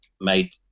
made